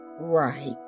right